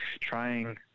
trying